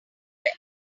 were